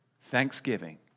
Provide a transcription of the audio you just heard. Thanksgiving